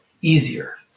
easier